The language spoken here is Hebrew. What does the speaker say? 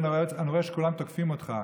אני רואה שכולם תוקפים אותך.